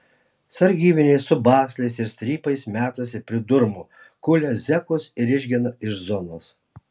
sargybiniai su basliais ir strypais metasi pridurmu kulia zekus ir išgena iš zonos